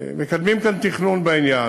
מקדמים כאן תכנון בעניין.